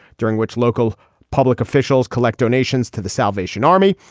during which local public officials collect donations to the salvation army,